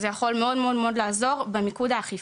זה יכול מאוד מאוד מאוד לעזור במיקוד האכיפה.